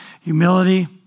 Humility